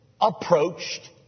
approached